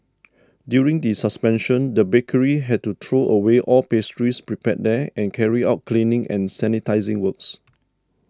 during the suspension the bakery had to throw away all pastries prepared there and carry out cleaning and sanitising works